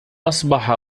أصبح